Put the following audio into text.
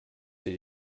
sie